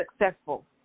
successful